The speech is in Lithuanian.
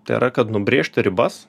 tai yra kad nubrėžti ribas